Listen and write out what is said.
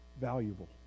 valuable